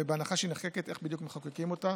ובהנחה שהיא נחקקת, איך בדיוק מחוקקים אותה